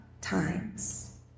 times